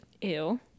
Ew